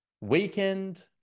weekend